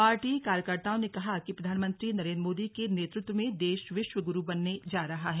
party कार्यकर्ताओं ने कहा कि प्रधानमंत्री नरेंद्र मोदी के नेतृत्व में देश विश्व गुरु बनने जा रहा है